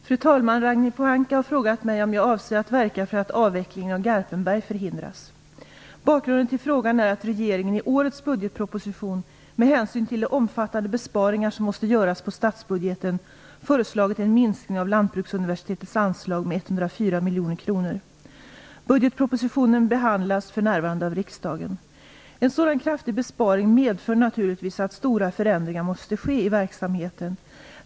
Fru talman! Ragnhild Pohanka har frågat mig om jag avser att verka för att avvecklingen av Garpenberg förhindras. Bakgrunden till frågan är att regeringen i årets budgetproposition med hänsyn till de omfattande besparingar som måste göras på statsbudgeten föreslagit en minskning av Lantbruksuniversitetets anslag med 104 miljoner kronor. Budgetpropositionen behandlas för närvarande av riksdagen. En sådan kraftig besparing medför naturligtvis att stora förändringar måste ske i verksamheten.